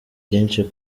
byinshi